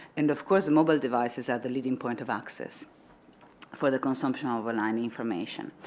and of course mobile devices are the leading point of access for the consumption ah of online information.